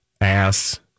ass